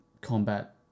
combat